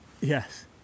Yes